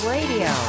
Radio